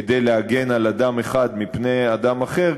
כדי להגן על אדם אחד מפני אדם אחר,